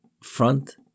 front